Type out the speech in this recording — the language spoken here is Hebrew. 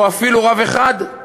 או אפילו רב אחד?